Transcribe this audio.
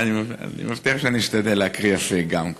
אני מבטיח שאני אשתדל להקריא יפה גם.